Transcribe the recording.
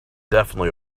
definitely